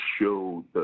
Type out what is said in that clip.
showed